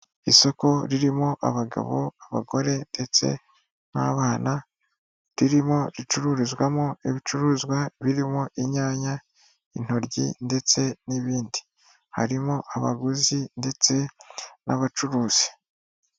Isoko ririmo abagabo, abagore ndetse n'abana ririmo ricururizwamo ibicuruzwa birimo inyanya, intoryi ndetse n'ibindi. Harimo abaguzi ndetse n'abacuruzi.